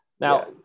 now